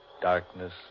Darkness